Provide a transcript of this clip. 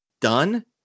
done